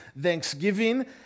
Thanksgiving